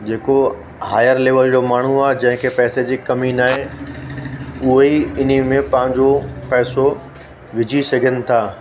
जेको higher level जो माण्हू आहे जंहिं खे पैसे जी कमी नाहे उहे ई इन्ही में पंहिंजो पैसो विझी सघनि था